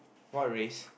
what race